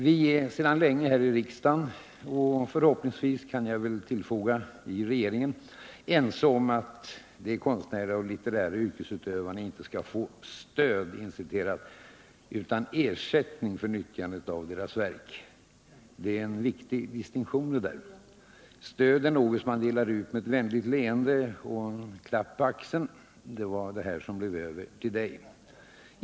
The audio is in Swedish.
Vi är sedan länge här i riksdagen — och förhoppningsvis, kan jag väl tillfoga, regeringen — ense om att de konstnärliga och litterära yrkesutövarna inte skall få ”stöd” utan ”ersättning” för nyttjandet av deras verk. Det är en viktig distinktion. ”Stöd” är något som man delar ut med ett vänligt leende och en klapp på axeln — det var det här som blev över till dig.